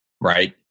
right